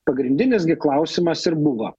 pagrindinis gi klausimas ir buvo